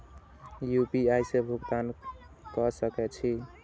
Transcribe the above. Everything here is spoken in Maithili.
यू.पी.आई से भुगतान क सके छी?